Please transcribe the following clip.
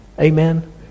Amen